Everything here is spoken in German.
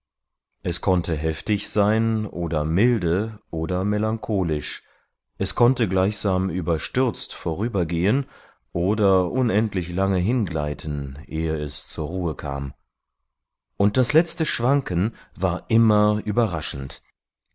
es konnte heftig sein oder milde oder melancholisch es konnte gleichsam überstürzt vorübergehen oder unendlich lange hingleiten eh es zur ruhe kam und das letzte schwanken war immer überraschend